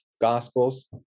Gospels